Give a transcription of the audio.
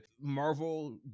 Marvel